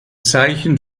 zeichen